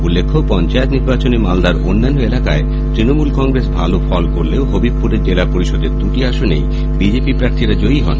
উল্লেখ্য পঞ্চায়েত নির্বাচনে মালদার অন্যান্য এলাকায় তৃণমূল কংগ্রেস ভালো ফল করলেও হবিবপুরে জেলা পরিষদের দুটি আসনেই বিজেপি প্রার্থীরা জয়ী হন